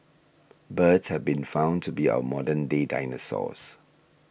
birds have been found to be our modern day dinosaurs